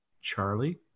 Charlie